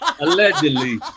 Allegedly